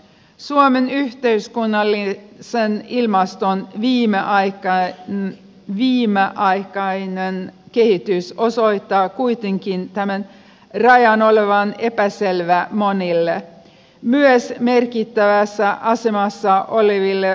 suomen yhteiskunnallinen sään ilmasto on viimeaika ei yhteiskunnallisen ilmaston viimeaikainen kehitys osoittaa kuitenkin tämän rajan olevan epäselvä monille myös merkittävässä asemassa oleville poliitikoille